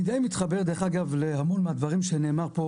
אני די מתחבר להמון מהדברים שנאמרו פה